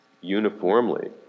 Uniformly